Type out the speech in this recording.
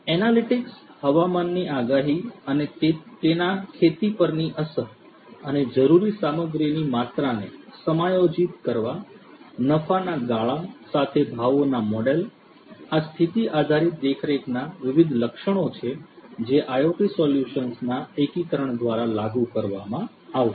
analytics હવામાનની આગાહી અને તેના ખેતી પરની અસર અને જરૂરી સામગ્રીની માત્રાને સમાયોજિત કરવા નફાના ગાળા સાથે ભાવોના મોડેલો આ સ્થિતિ આધારિત દેખરેખના વિવિધ લક્ષણો છે જે IoT સોલ્યુશન્સના એકીકરણ દ્વારા લાગુ કરવામાં આવશે